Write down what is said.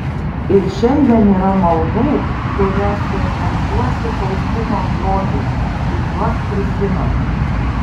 ir šiandien yra maldų kurias meldžiuosi faustinos žodžiais ir juos prisimenu